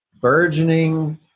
burgeoning